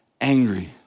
angry